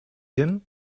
him